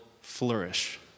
flourish